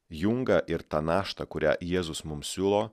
jungą ir tą naštą kurią jėzus mums siūlo